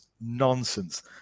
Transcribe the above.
nonsense